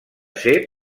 ser